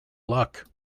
luck